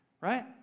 right